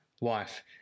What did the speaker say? Wife